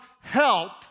help